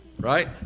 Right